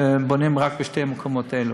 בונים רק בשני המקומות האלה.